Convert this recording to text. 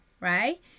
right